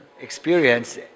experience